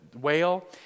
whale